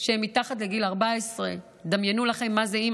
שהם מתחת לגיל 14. דמיינו לכם מה זה אימא